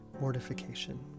mortification